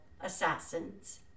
assassins